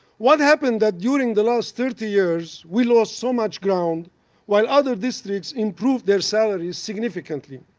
what happened that during the last thirty years, we lost so much ground while other districts improved their salaries significantly?